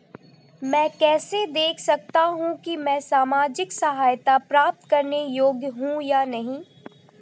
मैं कैसे देख सकता हूं कि मैं सामाजिक सहायता प्राप्त करने योग्य हूं या नहीं?